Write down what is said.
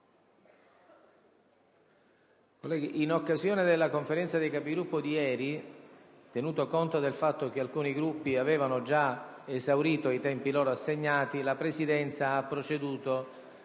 In occasione della Conferenza dei Capigruppo di ieri, tenuto conto del fatto che alcuni Gruppi avevano già esaurito i tempi loro assegnati, la Presidenza ha proceduto